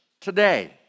today